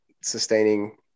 sustaining